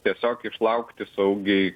tiesiog išlaukti saugiai